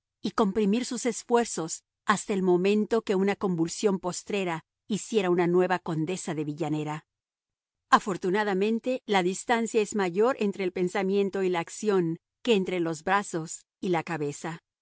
y comprimir sus esfuerzos hasta el momento en que una convulsión postrera hiciera una nueva condesa de villanera afortunadamente la distancia es mayor entre el pensamiento y la acción que entre los brazos y la cabeza